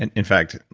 and in fact,